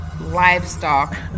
livestock